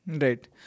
Right